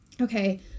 okay